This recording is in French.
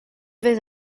vais